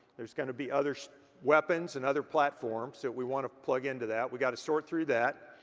there's gonna be other weapons and other platforms that we wanna plug into that. we gotta sort through that.